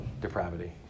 depravity